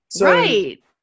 Right